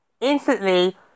instantly